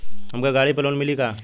हमके गाड़ी पर लोन मिली का?